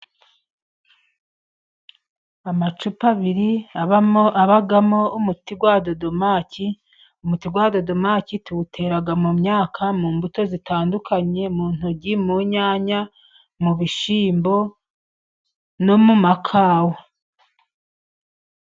Amacupa abiri abamo umuti wa Dodomaki, umuti wa Dodomaki tuwutera mu myaka, mu mbuto zitandukanye, mu ntoryi ,mu nyanya, mu bishyimbo no mu makawa.